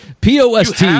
POST